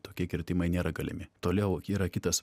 tokie kirtimai nėra galimi toliau yra kitas